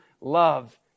love